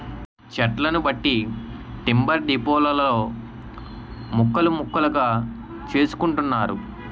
చెట్లను బట్టి టింబర్ డిపోలలో ముక్కలు ముక్కలుగా చేసుకుంటున్నారు